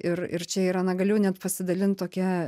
ir ir čia yra na galiu net pasidalint tokia